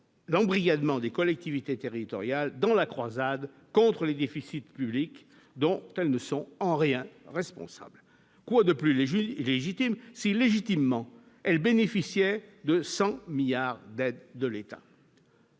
l'embrigadement des collectivités territoriales dans la croisade contre les déficits publics dont elles ne sont en rien responsables, quoi de plus léger légitime si légitimement elle bénéficiait de 100 milliards d'aides de l'État.